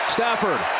Stafford